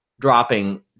dropping